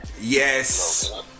yes